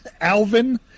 Alvin